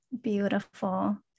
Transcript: beautiful